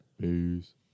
Peace